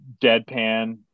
deadpan